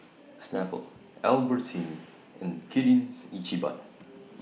Snapple Albertini and Kirin Ichiban